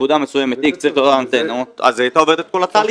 שבנקודה מסוימת x צריכה להיות אנטנה אז היא הייתה עוברת את כל התהליכים.